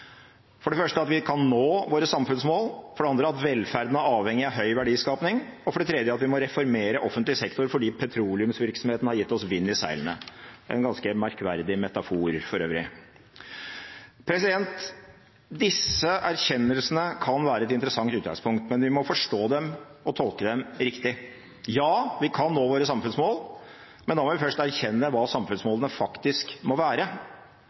for det første at vi kan nå våre samfunnsmål, for det andre at velferden er avhengig av høy verdiskaping, og for det tredje at vi må reformere offentlig sektor fordi petroleumsvirksomheten «har gitt oss vind i seilene» – det er en ganske merkverdig metafor for øvrig. Disse erkjennelsene kan være et interessant utgangspunkt, men vi må forstå dem og tolke dem riktig. Ja, vi kan nå våre samfunnsmål, men da må vi først erkjenne hva samfunnsmålene faktisk må være.